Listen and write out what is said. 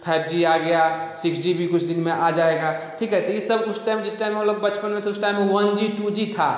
five G आ गया six G भी कुछ दिन में आ जाएगा ठीक है तो ये सब उस टाइम जिस टाइम हम लोग बचपन में थे उस time one G two G था